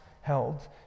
held